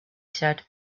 said